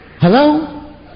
Hello